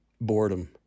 boredom